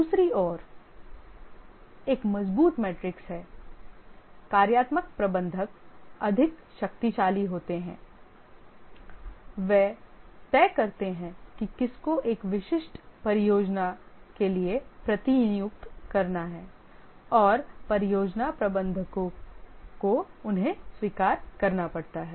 दूसरी ओर एक मजबूत मैट्रिक्स में कार्यात्मक प्रबंधक अधिक शक्तिशाली होते हैं वे तय करते हैं कि किसको एक विशिष्ट परियोजना के लिए प्रतिनियुक्त करना है और परियोजना प्रबंधकों को उन्हें स्वीकार करना पड़ता है